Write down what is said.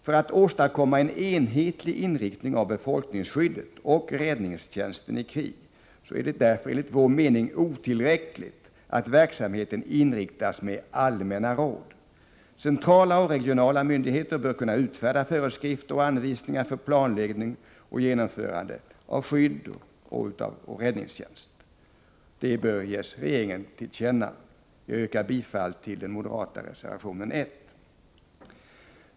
För att åstadkomma en enhetlig inriktning av befolkningsskyddet och räddningstjänsten i krig är det därför enligt vår mening otillräckligt att verksamheten inriktas med allmänna råd. Centrala och regionala myndigheter bör kunna utfärda föreskrifter och anvisningar för planläggning och genomförande av skydd och räddningstjänst. Detta bör ges regeringen till känna. Jag yrkar bifall till den moderata reservationen 1 till utskottets betänkande nr 12.